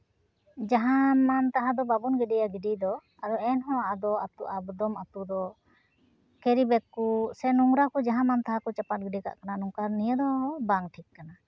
ᱡᱟᱦᱟᱸ ᱢᱟᱱ ᱛᱟᱦᱟ ᱫᱚ ᱵᱟᱵᱚᱱ ᱜᱤᱰᱤᱭᱟ ᱜᱤᱰᱤ ᱫᱚ ᱟᱫᱚ ᱮᱱᱦᱚᱸ ᱟᱫᱚ ᱮᱠᱫᱚᱢ ᱟᱹᱛᱩ ᱫᱚ ᱠᱮᱨᱤᱵᱮᱜᱽ ᱠᱚ ᱥᱮ ᱱᱳᱝᱨᱟ ᱠᱚ ᱡᱟᱦᱟᱸ ᱢᱟᱱ ᱛᱟᱦᱟᱸ ᱠᱚ ᱪᱟᱯᱟᱫ ᱜᱤᱰᱤ ᱠᱟᱜ ᱠᱟᱱᱟ ᱱᱚᱝᱠᱟ ᱱᱤᱭᱟᱹ ᱫᱚ ᱵᱟᱝ ᱴᱷᱤᱠ ᱠᱟᱱᱟ